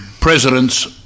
Presidents